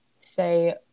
say